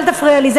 אל תפריע לי,